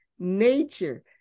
nature